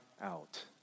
out